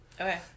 Okay